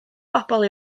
bobl